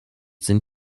sind